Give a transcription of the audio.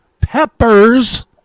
Pepper's